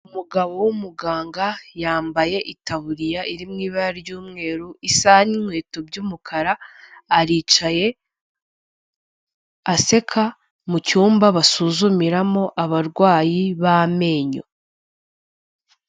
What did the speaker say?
Umugabo w'umuganga yambaye itaburiya iri mu ibara ry'umweru isa n'inkweto by'umukara, aricaye aseka mu cyumba basuzumiramo abarwayi b'amenyo.